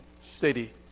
City